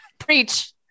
Preach